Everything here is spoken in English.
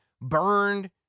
burned